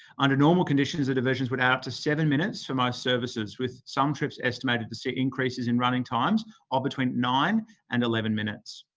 under normal conditions, the diversions would add up to seven minutes for most services, with some trips estimated to see increases in running times of between nine and eleven minutes.